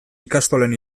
ikastolen